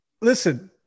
Listen